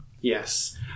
Yes